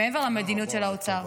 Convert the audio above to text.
מעבר למדיניות של האוצר.